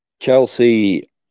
Chelsea